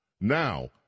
Now